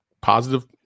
positive